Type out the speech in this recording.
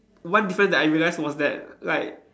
one difference that I realised was that like